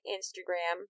Instagram